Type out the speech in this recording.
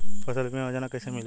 फसल बीमा योजना कैसे मिलेला?